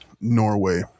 Norway